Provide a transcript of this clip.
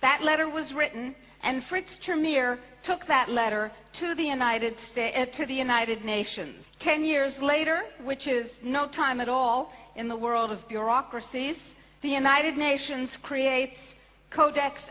that letter was written and for its turn mir took that letter to the united states to the united nations ten years later which is no time at all in the world of bureaucracies the united nations creates cod